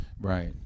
Right